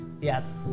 Yes